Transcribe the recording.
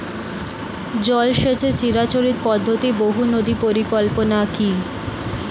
জল সেচের চিরাচরিত পদ্ধতি বহু নদী পরিকল্পনা কি?